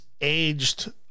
aged